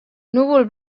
núvol